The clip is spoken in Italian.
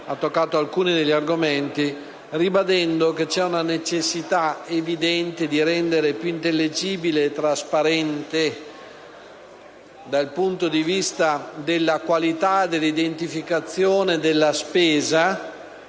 ha toccato alcuni argomenti, ribadendo che vi è una necessità evidente di rendere più intelligibile e trasparente, dal punto di vista della qualità dell'identificazione della spesa,